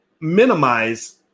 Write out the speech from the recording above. minimize